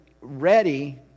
ready